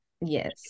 Yes